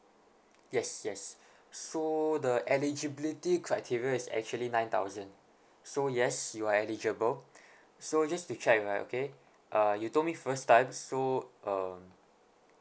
yes yes so the eligibility criteria is actually nine thousand so yes you are eligible so just to check alright okay uh you told me first time so uh